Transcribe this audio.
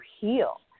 heal